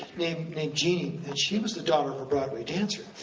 named jeannie, and she was the daughter of a broadway dancer,